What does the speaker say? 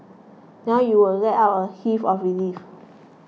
now you will let out a heave of relief